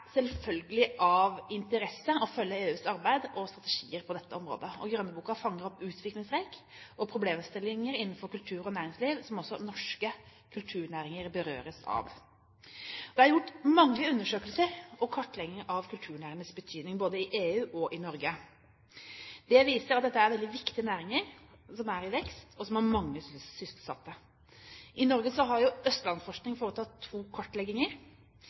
selvfølgelig av interesse å følge EUs arbeid og strategier på dette området. Grønnboka fanger opp utviklingstrekk og problemstillinger innenfor kultur og næringsliv som også norske kulturnæringer berøres av. Det er gjort mange undersøkelser og kartlegginger av kulturnæringenes betydning, både i EU og i Norge. Disse viser at dette er veldig viktige næringer, som er i vekst, og som har mange sysselsatte. I Norge har Østlandsforskning foretatt to kartlegginger.